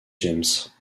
james